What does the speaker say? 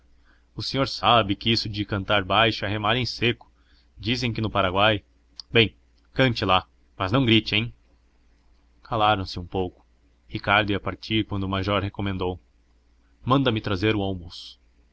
o senhor sabe que isso de cantar baixo é remar em seco dizem que no paraguai bem cante lá mas não grite hein calaram-se um pouco ricardo ia partir quando o major recordou manda-me trazer o almoço